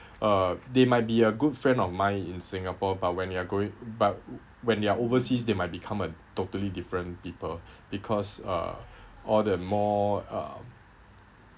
uh they might be a good friend of mine in singapore but when you are going but when you're overseas they might become a totally different people because uh or the more um